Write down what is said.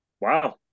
wow